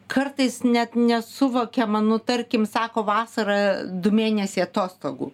kartais net nesuvokiama nu tarkim sako vasarą du mėnesiai atostogų